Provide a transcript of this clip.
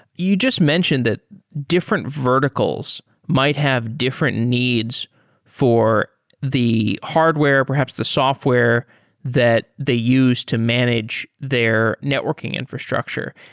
you just mentioned that different verticals might have different needs for the hardware, perhaps the software that they use to manage their networking infrastructure.